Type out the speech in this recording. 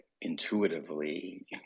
intuitively